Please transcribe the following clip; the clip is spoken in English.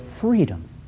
freedom